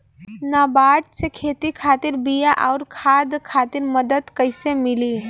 नाबार्ड से खेती खातिर बीया आउर खाद खातिर मदद कइसे मिली?